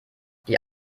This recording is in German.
die